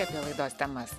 apie laidos temas